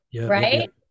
Right